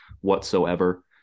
whatsoever